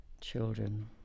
children